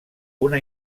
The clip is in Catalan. una